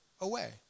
away